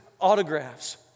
autographs